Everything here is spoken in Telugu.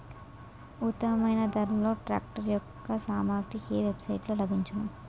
ఉత్తమమైన ధరలో ట్రాక్టర్ యెక్క సామాగ్రి ఏ వెబ్ సైట్ లో లభించును?